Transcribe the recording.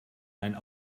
einen